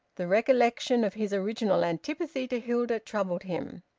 the recollection of his original antipathy to hilda troubled him.